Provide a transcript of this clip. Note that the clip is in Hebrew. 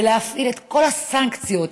ולהפעיל את כל הסנקציות,